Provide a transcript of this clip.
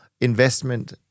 investment